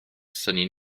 synnu